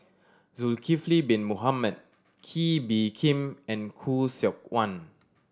Zulkifli Bin Mohamed Kee Bee Khim and Khoo Seok Wan